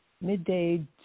midday